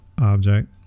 object